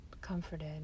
comforted